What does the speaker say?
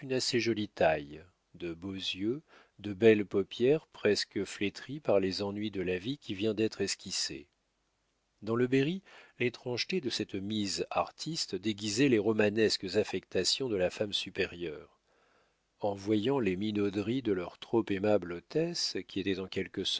assez jolie taille de beaux yeux de belles paupières presque flétries par les ennuis de la vie qui vient d'être esquissée dans le berry l'étrangeté de cette mise artiste déguisait les romanesques affectations de la femme supérieure en voyant les minauderies de leur trop aimable hôtesse qui étaient en quelque